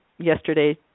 Yesterday